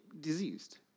diseased